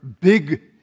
big